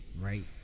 right